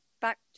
back